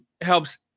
helps